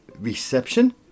reception